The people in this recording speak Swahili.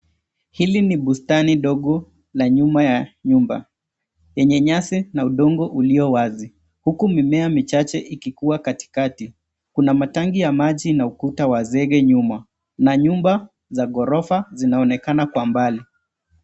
Hili ni bustani dogo la nyuma ya nyumba, yenye nyasi na udongo ulio wazi, huku mimea michache ikikua kuwa katikati. Kuna matanki ya maji na ukuta wa zege nyuma, na nyumba za ghorofa zinaonekana kwa mbali.